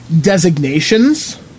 designations